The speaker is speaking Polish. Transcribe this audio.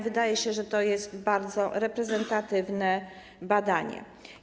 Wydaje się, że to jest bardzo reprezentatywne badanie.